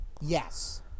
yes